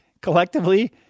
collectively